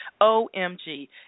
OMG